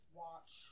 watch